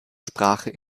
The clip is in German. sprache